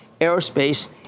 aerospace